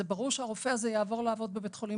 זה ברור שהרופא הזה יעבור לעבוד בבית חולים